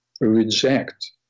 reject